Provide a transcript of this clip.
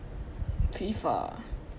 FIFA